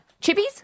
Chippies